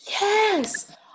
Yes